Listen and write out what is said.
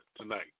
tonight